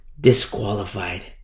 disqualified